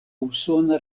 usona